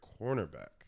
cornerback